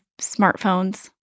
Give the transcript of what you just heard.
smartphones